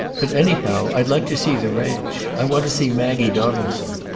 but anyhow i'd like to see the ranch. i want to see maggie donaldson.